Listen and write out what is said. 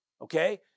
Okay